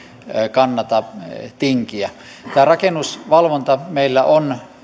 kannata tinkiä tämä rakennusvalvonta meillä on